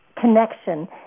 Connection